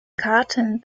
karten